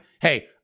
hey